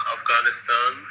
Afghanistan